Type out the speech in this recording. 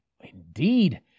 Indeed